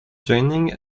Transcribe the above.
joining